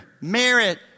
merit